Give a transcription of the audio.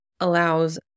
allows